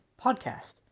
podcast